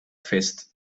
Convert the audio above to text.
fest